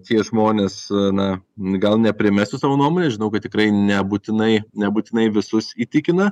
tie žmonės na gal neprimesiu savo nuomonės žinau kad tikrai nebūtinai nebūtinai visus įtikina